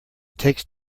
takes